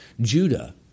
Judah